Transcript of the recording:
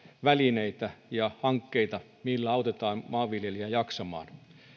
välineitä ja hankkeita millä autetaan maanviljelijää jaksamaan